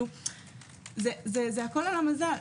זה הכול על המזל.